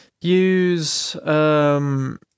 use